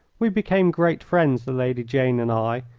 we became great friends, the lady jane and i,